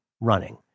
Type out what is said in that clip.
running